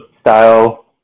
style